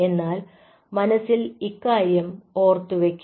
എന്നാൽ മനസ്സിൽ ഇക്കാര്യം ഓർത്തു വയ്ക്കുക